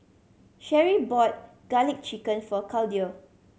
Sherri bought Garlic Chicken for Claudio